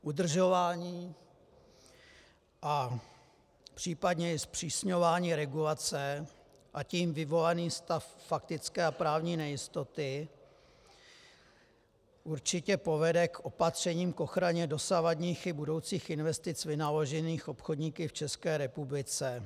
Udržování a případně i zpřísňování regulace, a tím vyvolaný stav faktické a právní nejistoty určitě povede k opatřením k ochraně dosavadních i budoucích investic vynaložených obchodníky v České republice.